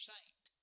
Saint